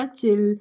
chill